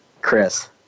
Chris